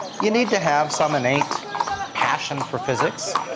you need to have some innate passion for physics,